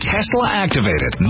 Tesla-activated